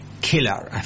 Killer